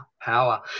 power